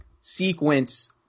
sequence